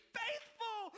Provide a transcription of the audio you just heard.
faithful